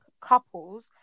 couples